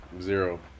Zero